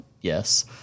Yes